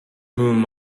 whom